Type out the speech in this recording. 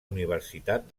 universitat